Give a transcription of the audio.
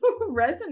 resonate